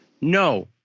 No